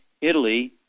Italy